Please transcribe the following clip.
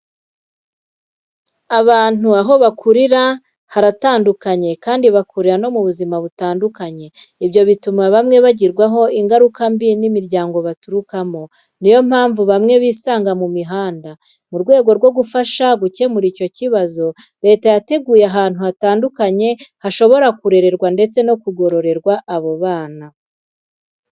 Abantu aho bakurira haratandukanye kandi bakurira no mu buzima butandukanye. Ibyo bituma bamwe bagirwaho ingaruka mbi n'imiryango baturukamo. Ni yo mpamvu bamwe bisanga mu mihanda. Mu rwego rwo gufasha gukemura icyo kibazo, leta yateguye ahantu hatandukanye hashobora kurererwa ndetse no kugorora abo bana.